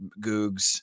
Googs